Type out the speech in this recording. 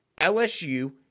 LSU